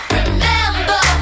remember